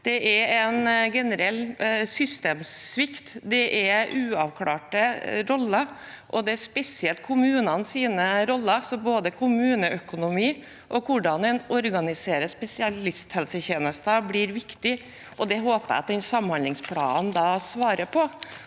Det er en generell systemsvikt, det er uavklarte roller, og spesielt kommunenes rolle, både med tanke på kommuneøkonomi og hvordan en organiserer spesialisthelsetjenester, blir viktig. Det håper jeg at samhandlingsplanen svarer på,